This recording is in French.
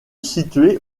située